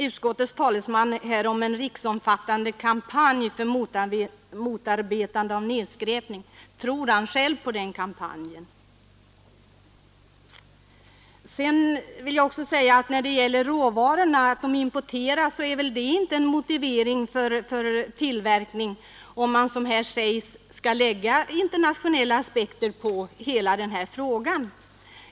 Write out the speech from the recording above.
Utskottets talesman sade något om en riksomfattande kampanj för motarbetande av nedskräpning. Tror han själv på den kampanjen? När det sedan gäller råvarorna kan man väl inte nöja sig med att hänvisa till att dessa i stor utsträckning importeras, utan här måste vi anlägga internationella aspekter på hela den här frågan.